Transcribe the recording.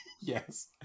Yes